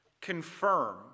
confirm